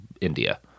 India